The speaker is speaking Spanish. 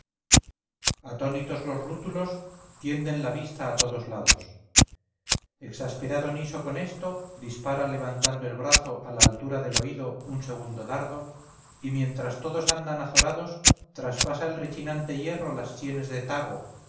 atónitos los rútulos tienden la vista a todos lados exasperado niso con esto dispara levantando el brazo a la altura del oído un segundo dardo y mientras todos andan azorados traspasa el rechinante hierro las sienes de tago